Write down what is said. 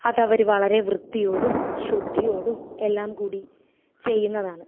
അതവര് വളരെ വൃത്തിയോടും ശുദ്ധിയോടും എല്ലാം കൂടി ചെയ്യുന്നതാണ്